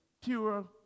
pure